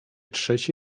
trzeci